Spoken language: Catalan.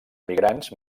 migrants